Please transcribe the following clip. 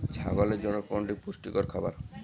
ছাগলের জন্য কোনটি পুষ্টিকর খাবার?